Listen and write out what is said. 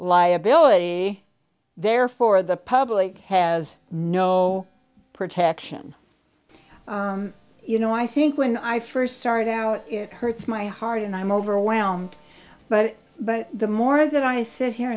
liability therefore the public has no protection you know i think when i first started out it hurts my heart and i'm overwhelmed but but the more that i sit here